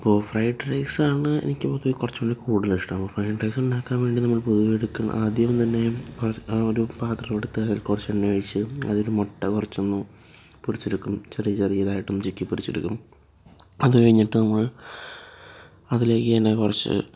അപ്പോൾ ഫ്രയ്ഡ് റൈസാണ് എനിക്ക് കുറച്ചും കൂടി കൂടുതലിഷ്ടം ഫ്രയ്ഡ് റൈസ് ഉണ്ടാക്കാൻ വേണ്ടി നമ്മൾ പൊതുവെ എടുക്കുന്ന ആദ്യം തന്നെ കുറച്ച് ഒരു പാത്രമെടുത് കുറച്ച് എണ്ണ ഒഴിച്ച് അതിൽ മുട്ട കുറച്ചൊന്നു പൊരിച്ചെടുക്കും ചെറിയ ചെറിയതായിട്ടൊന്നു ചിക്കി പൊരിച്ചെടുക്കും അതുകഴിഞ്ഞിട്ട് നമ്മൾ അതിലേക്കു തന്നെ കുറച്ച്